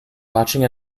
watching